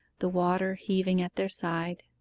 the water heaving at their side,